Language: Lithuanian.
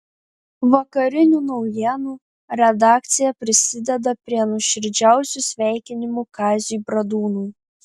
vakarinių naujienų redakcija prisideda prie nuoširdžiausių sveikinimų kaziui bradūnui